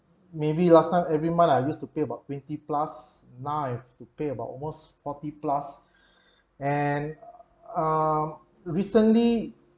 maybe last time every month I used to pay about twenty plus now I've to pay about almost forty plus and err recently